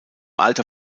alter